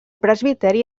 presbiteri